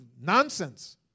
nonsense